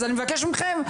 אז אני מבקש מכם,